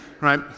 Right